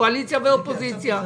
קואליציה ואופוזיציה.